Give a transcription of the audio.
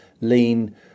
lean